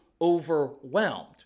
overwhelmed